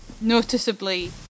noticeably